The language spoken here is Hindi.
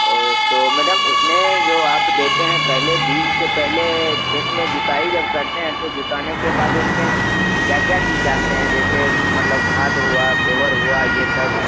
और तो मैडम उसमें जो आप देते हैं पहले बीज से पहले खेत में जुताई जब करते हैं तो जुताने के बाद उसमें क्या क्या चीज डालते हैं जैसे मतलब खाद हुआ गोबर हुआ ये सब